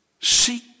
seek